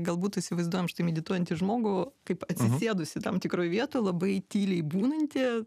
galbūt įsivaizduojam štai medituojantį žmogų kaip atsisėdusį tam tikroj vietoj labai tyliai būnantį